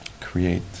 create